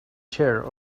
chair